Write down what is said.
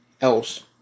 else